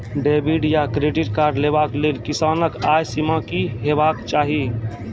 Debit या credit card लेवाक लेल किसानक आय सीमा की हेवाक चाही?